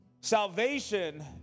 Salvation